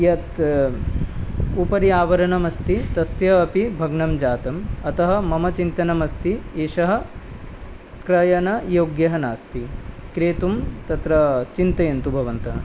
यत् उपरि आवरणमस्ति तस्य अपि भग्नं जातम् अतः मम चिन्तनम् अस्ति एषः क्रयणयोग्यं नास्ति क्रेतुं तत्र चिन्तयन्तु भवन्तः